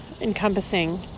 encompassing